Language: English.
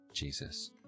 Jesus